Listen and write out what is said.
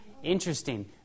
interesting